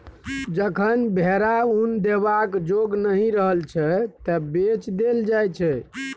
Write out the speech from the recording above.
जखन भेरा उन देबाक जोग नहि रहय छै तए बेच देल जाइ छै